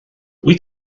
wyt